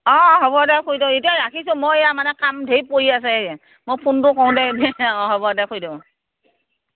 অ অ হ'ব দে খুইদেউ এতিয়া ৰাখিছোঁ মই এয়া মানে কাম ধেই পৰি আছে মই ফোনটো কৰোঁতে অ হ'ব দে খুইদেউ